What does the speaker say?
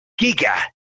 giga